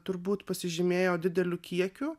turbūt pasižymėjo dideliu kiekiu